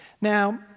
Now